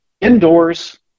indoors